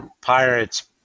Pirates